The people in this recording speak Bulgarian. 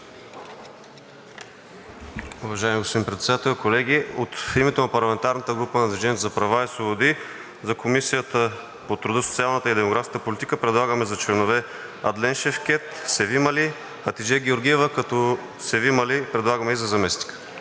Уважаеми господин Председател, колеги! От името на парламентарната група на „Движение за права и свободи“ за Комисията по труда, социалната и демографската политика предлагаме за членове Адлен Шевкед, Севим Али, Хатидже Георгиева, като Севим Али предлагаме и за заместник-председател.